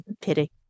Pity